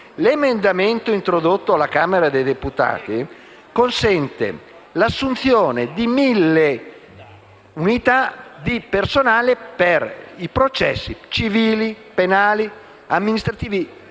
L'emendamento introdotto alla Camera dei deputati consente l'assunzione di mille unità di personale per i processi civili, penali e amministrativi;